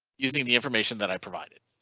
using the information that i provided.